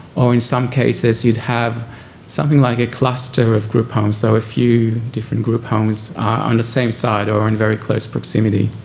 or in some cases you'd have something like a cluster of group homes. so a few different group homes on the same site or in very close proximity.